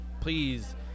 please